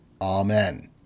Amen